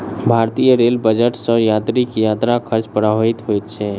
भारतीय rail budget सॅ यात्रीक यात्रा खर्च प्रभावित होइत छै